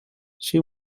she